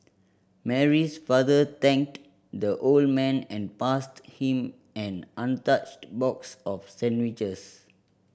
Mary's father thanked the old man and passed him an untouched box of sandwiches